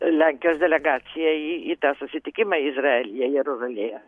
lenkijos delegacija į tą susitikimą izraelyje jeruzalėje